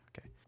okay